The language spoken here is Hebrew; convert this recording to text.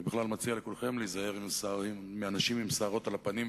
אני בכלל מציע לכולכם להיזהר מאנשים עם שערות על הפנים,